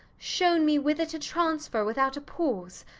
shown me whither to transfer without a pause,